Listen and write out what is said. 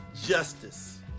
justice